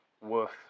worth